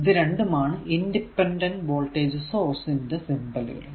ഇത് രണ്ടുമാണ് independent voltage source ന്റെ സിംബലുകൾ